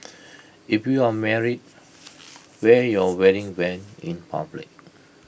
if you're married wear your wedding Band in public